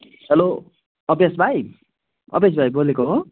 hello अभ्यास भाइ अभ्यास भाइ बोलेको हो